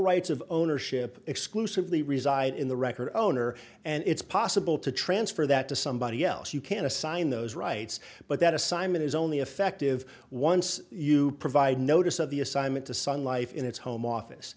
rights of ownership exclusively reside in the record own or and it's possible to transfer that to somebody else you can assign those rights but that assignment is only effective once you provide notice of the assignment to sun life in its home office